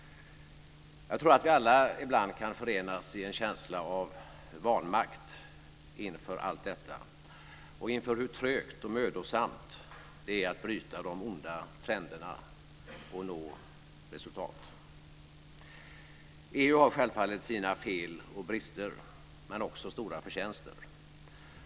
Jag tror att vi alla ibland kan förenas i en känsla av vanmakt inför allt detta och inför hur trögt och mödosamt det är att bryta de onda trenderna och nå resultat. EU har självfallet sina fel och brister, men också stora förtjänster.